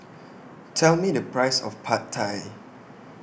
Tell Me The Price of Pad Thai